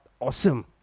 awesome